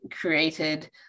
created